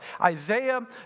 Isaiah